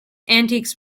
antiques